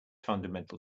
fundamental